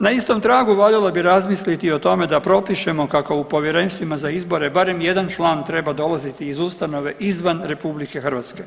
Na istom tragu valjalo bi razmisliti i o tome da propišemo kako u povjerenstvima za izbore barem jedan član treba dolaziti iz ustanove izvan RH.